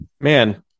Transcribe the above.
Man